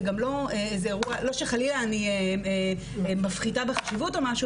לא שחלילה אני מפחיתה בחשיבות או משהו